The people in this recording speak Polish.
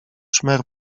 szmer